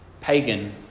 pagan